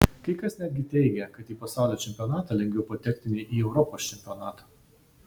kai kas netgi teigė kad į pasaulio čempionatą lengviau patekti nei į europos čempionatą